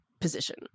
position